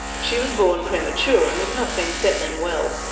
she was born premature and had not been settling well.